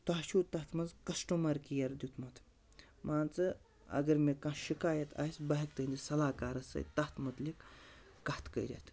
تۄہہِ چھُو تَتھ منٛز کَسٹٕمَر کِیَر دیُٚتمُت مان ژٕ اگر مےٚ کانٛہہ شکایت آسہِ بہٕ ہٮ۪کہٕ تٕہٕنٛدِس صلاح کارَس سۭتۍ تَتھ متعلق کَتھ کٔرِتھ